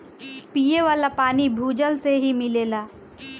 पिये वाला पानी भूजल से ही मिलेला